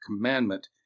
Commandment